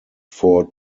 four